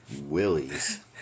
willies